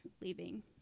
leaving